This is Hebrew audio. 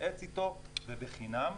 להתייעץ איתו, ובחינם.